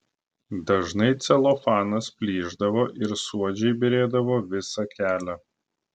dažnai celofanas plyšdavo ir suodžiai byrėdavo visą kelią